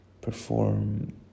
perform